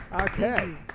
okay